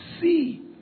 see